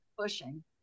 pushing